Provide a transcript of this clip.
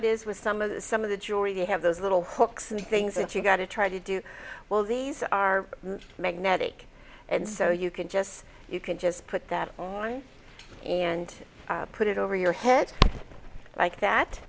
it is with some of the some of the jury they have those little hooks and things that you've got to try to do well these are magnetic and so you can just you can just put that on and put it over your head like that